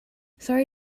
sorry